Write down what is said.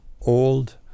old